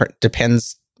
depends